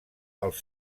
als